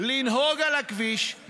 לנהוג על הכביש,